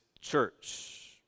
church